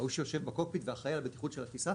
ההוא שיושב בקוקפיט ואחראי על הבטיחות של הטיסה,